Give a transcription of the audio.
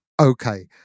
Okay